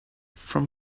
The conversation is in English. from